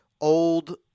old